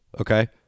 Okay